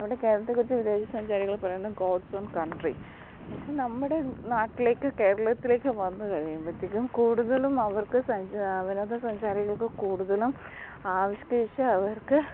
നമ്മുടെ കേരളത്തെക്കുറിച്ച് വിദേശ സഞ്ചാരികൾ പറയുന്നത് ഗോഡ്സ് ഓൺ കൺട്രി പക്ഷേ നമ്മുടെ നാട്ടിലേക്ക് കേരളത്തിലേക്ക് വന്ന് കഴിയുമ്പോഴത്തേക്കും കൂടുതലും അവർക്ക് സഞ്ചാരി അവരത് സഞ്ചാരികൾക്ക് കൂടുതലും ആവിഷ്കരിച്ച് അവർക്ക്